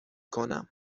کنم